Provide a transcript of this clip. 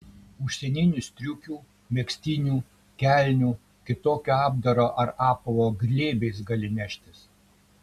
užsieninių striukių megztinių kelnių kitokio apdaro ar apavo glėbiais gali neštis